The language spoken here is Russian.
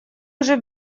уже